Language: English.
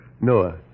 noah